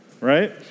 right